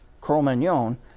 Cro-Magnon